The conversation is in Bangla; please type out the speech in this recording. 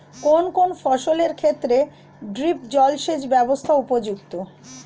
কোন কোন ফসলের ক্ষেত্রে ড্রিপ জলসেচ ব্যবস্থা উপযুক্ত?